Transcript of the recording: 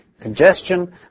congestion